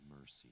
mercy